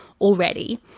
already